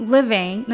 Living